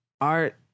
Art